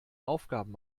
aufgaben